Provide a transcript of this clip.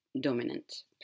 dominant